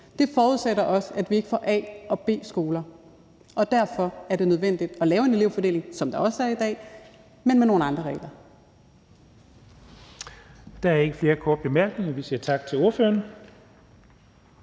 Det forudsætter, at vi ikke får A- og B-skoler, og derfor er det nødvendigt at lave en elevfordeling, som der også er i dag, men med nogle andre regler. Kl. 13:02 Den fg. formand (Jens Henrik Thulesen